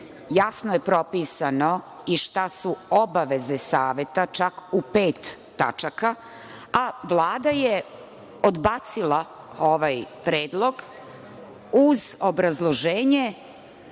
Jasno je propisano i šta su obaveze saveta, čak u pet tačaka. Vlada je odbacila ovaj predlog uz obrazloženje